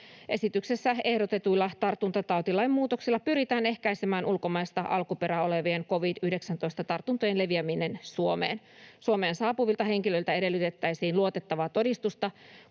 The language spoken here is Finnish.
Esityksessä ehdotetuilla tartuntatautilain muutoksilla pyritään ehkäisemään ulkomaista alkuperää olevien covid-19-tartuntojen leviäminen Suomeen. Suomeen saapuvilta henkilöiltä edellytettäisiin luotettavaa todistusta